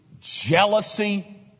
jealousy